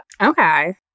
Okay